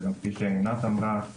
וכפי שעינת אמרה,